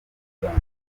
cyane